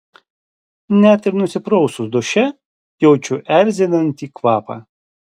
net ir nusiprausus duše jaučiu erzinantį kvapą